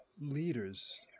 Leaders